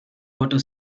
water